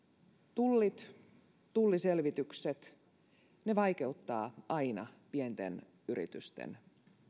tullit tulliselvitykset vaikeuttavat aina pienten yritysten